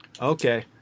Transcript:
Okay